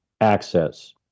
access